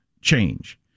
change